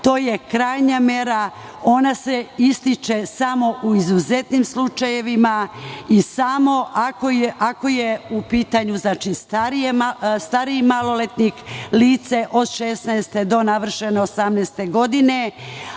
To je krajnja mera. Ona se izriče samo u izuzetnim slučajevima i samo ako je u pitanju stariji maloletnik, odnosno lice od 16 do navršene 18 godine,